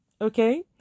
okay